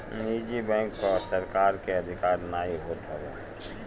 निजी बैंक पअ सरकार के अधिकार नाइ होत हवे